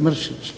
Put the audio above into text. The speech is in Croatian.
Mršić.